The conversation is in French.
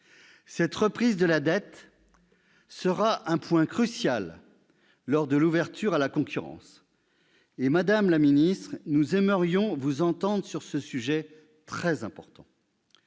Cette reprise de la dette sera un point crucial lors de l'ouverture à la concurrence. Aussi, madame la ministre, nous aimerions vous entendre sur ce sujet très important.